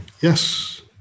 yes